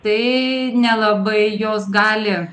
tai nelabai jos gali